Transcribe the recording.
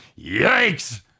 yikes